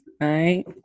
right